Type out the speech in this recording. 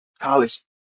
college